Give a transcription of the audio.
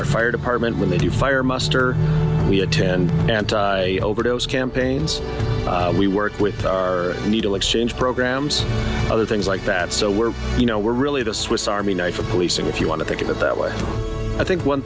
our fire department when they do fire muster we attend a i overdose campaigns we work with our needle exchange programs othr things like that so we're you know we're really the swiss army knife of policing if yo want to think of it that way i think one